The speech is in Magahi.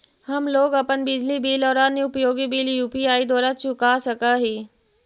हम लोग अपन बिजली बिल और अन्य उपयोगि बिल यू.पी.आई द्वारा चुका सक ही